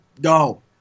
go